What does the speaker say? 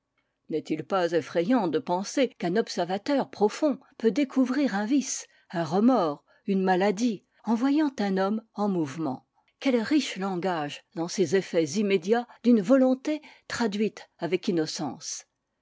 n'est-il pas effrayant de penser qu'un observateur profond peut découvrir un vice un remords une maladie en voyant un homme en mouvement quel riche langage dans ces effets immédiats d'une volonté traduite avec innocence